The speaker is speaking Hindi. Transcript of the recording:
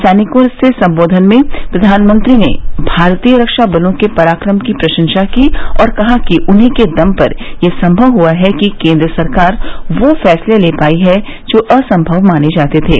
सैनिकों से सम्बोधन में प्रधानमंत्री ने भारतीय रक्षा बलों के पराक्रम की प्रशंसा की और कहा कि उन्हीं के दम पर ये सम्भव हुआ कि केन्द्र सरकार यो फैसले ले पायी जो असम्मव माने जाते थे